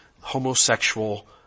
homosexual